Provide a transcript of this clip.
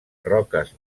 roques